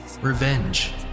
revenge